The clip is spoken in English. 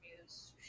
news